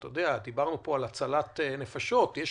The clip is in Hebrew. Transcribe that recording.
דיברנו פה על הצלת נפשות וכמו שאתה יודע,